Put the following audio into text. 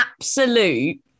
absolute